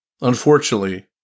Unfortunately